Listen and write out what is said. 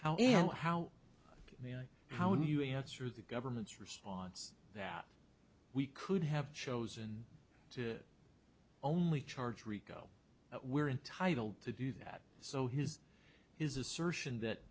however how how do you answer the government's response that we could have chosen to only charge rico we're entitled to do that so his his assertion that